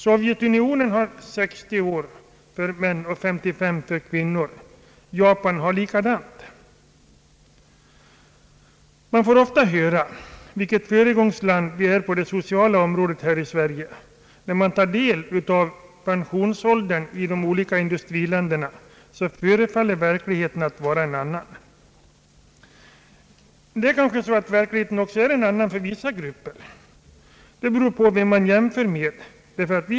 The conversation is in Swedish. Sovjetunionen har 60 år för män och 55 år för kvinnor. I Japan är det likadant. Man får ofta höra vilket föregångsland Sverige är på det sociala området. Men när man tar del av pensionsåldern i de olika länderna förefaller verkligheten vara en annan. Verkligheten är också en annan — för vissa grupper. Det beror på vem man jämför med.